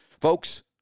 Folks